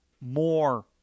more